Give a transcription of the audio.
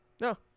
No